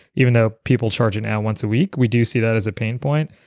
even though people charge an hour once a week, we do see that as a pain point.